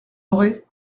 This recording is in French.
aurez